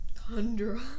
Tundra